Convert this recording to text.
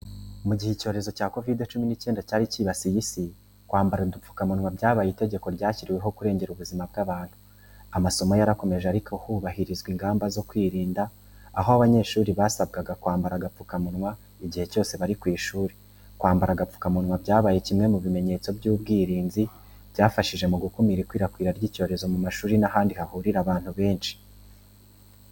Mu gihe icyorezo cya COVID-19 cyari cyibasiye isi, kwambara udupfukamunwa byari itegeko ryashyiriweho kurengera ubuzima bw’abantu. Amasomo yarakomeje ariko hubahirizwa ingamba zo kwirinda, aho abanyeshuri basabwaga kwambara udupfukamunwa igihe cyose bari ku ishuri. Kwambara agapfukamunwa byabaye kimwe mu bimenyetso by'ubwirinzi, byafashije mu gukumira ikwirakwira ry’icyorezo mu mashuri n’ahandi hahurira abantu benshi.